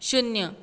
शुन्य